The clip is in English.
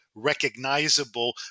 recognizable